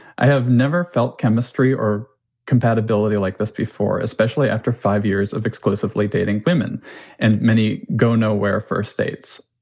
i have never felt chemistry or compatibility like this before, especially after five years of exclusively dating women and many go nowhere. first dates.